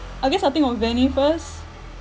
I guess I'll think of bennie first